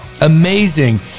Amazing